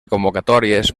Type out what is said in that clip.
convocatòries